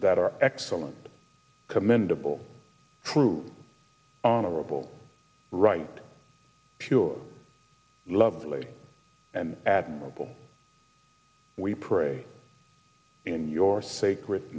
that are excellent commendable prove honorable right pure lovely and admirable we pray in your sacred